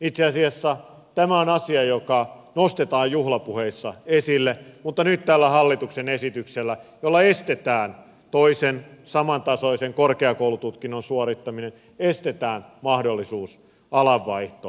itse asiassa tämä on asia joka nostetaan juhlapuheissa esille mutta nyt tällä hallituksen esityksellä jolla estetään toisen samantasoisen korkeakoulututkinnon suorittaminen estetään mahdollisuus alanvaihtoon